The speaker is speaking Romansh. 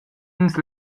ins